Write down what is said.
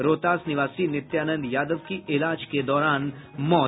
रोहतास निवासी नित्यानंद यादव की इलाज के दौरान मौत